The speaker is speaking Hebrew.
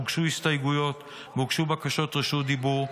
הוגשו הסתייגויות והוגשו בקשות רשות דיבור.